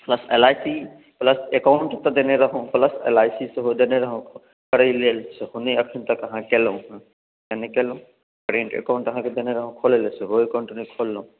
plus L I C plus account तऽ देने रहहुँ प्लस एल आइ सी सेहो देने रहहुँ करय लेल सेहो नहि अहाँ केलहुँ हेँ किया नहि केलहुँ करेंट एकाउंट अहाँकेँ देने रहहुँ खोलय लेल सेहो एकाउंट नहि खोललहुँ